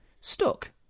stuck